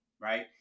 right